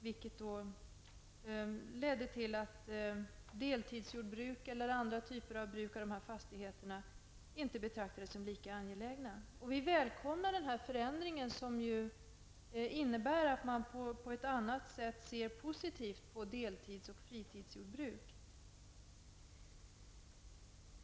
Det ledde till att deltidsjordbruk eller annat bruk av fastigheterna inte betraktades som lika angelägna. Vi välkomnar alltså den förändring som innebär att man ser positivt på deltids och fritidsjordbruk.